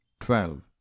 Twelve